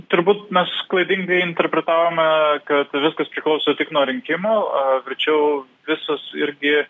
turbūt mes klaidingai interpretavome kad viskas priklauso tik nuo rinkimų verčiau visas irgi